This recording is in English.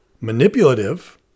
manipulative